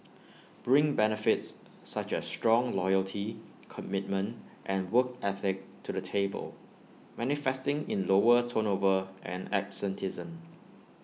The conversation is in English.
bring benefits such as strong loyalty commitment and work ethic to the table manifesting in lower turnover and absenteeism